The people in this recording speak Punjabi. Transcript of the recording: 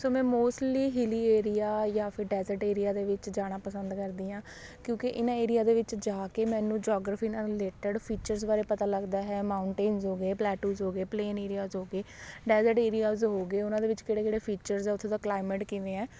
ਸੋ ਮੈਂ ਮੌਸਟਲੀ ਹਿੱਲੀ ਏਰੀਆ ਜਾਂ ਫਿਰ ਡੈਜ਼ਰਟ ਏਰੀਆ ਦੇ ਵਿੱਚ ਜਾਣਾ ਪਸੰਦ ਕਰਦੀ ਹਾਂ ਕਿਉਂਕਿ ਇਨ੍ਹਾਂ ਏਰੀਆ ਦੇ ਵਿੱਚ ਜਾ ਕੇ ਮੈਨੂੰ ਜੋਗਰਫੀ ਨਾਲ ਰਿਲੇਟਡ ਫੀਚਰਸ ਬਾਰੇ ਪਤਾ ਲੱਗਦਾ ਹੈ ਮਾਊਟੇਂਨਸ ਹੋ ਗਏ ਪਲੇਟੂਜ਼ ਹੋ ਗਏ ਪਲੇਨ ਏਰੀਆਸ ਹੋ ਗਏ ਡੈਜ਼ਰਟ ਏਰੀਆਸ ਹੋ ਗਏ ਉਨ੍ਹਾਂ ਦੇ ਵਿੱਚ ਕਿਹੜੇ ਕਿਹੜੇ ਫੀਚਰਸ ਹੈ ਉੱਥੇ ਦਾ ਕਲਾਈਮੇਟ ਕਿਵੇਂ ਹੈ